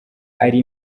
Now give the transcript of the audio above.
ari